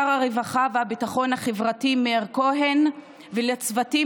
לשר הרווחה והביטחון החברתי מאיר כהן ולצוותים,